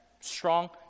Strong